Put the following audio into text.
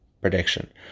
prediction